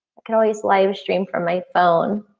i can always live stream from my phone.